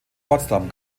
potsdam